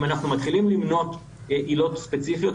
אם אנחנו מתחילים למנות עילות ספציפיות,